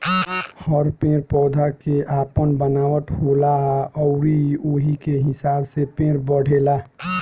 हर पेड़ पौधा के आपन बनावट होला अउरी ओही के हिसाब से पेड़ बढ़ेला